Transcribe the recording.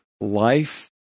life